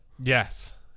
Yes